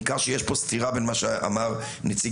ניכר שיש פה סתירה בין מה שאמר נציג